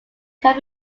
can